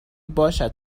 باشد